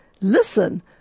Listen